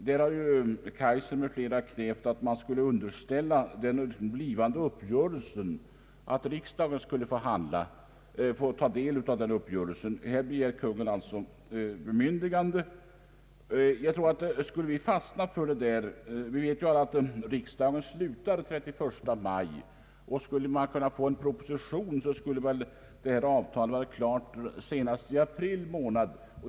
Herr Kaijser m.fl. har krävt att riksdagen skulle få fa del av den blivande uppgörelsen. Här begär alltså Kungl. Maj:t ett bemyndigande. Nu vet alla att riksdagssessionen slutar den 31 maj. Skall vi få en proposition, måste detta avtal vara klart senast i april månad.